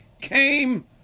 came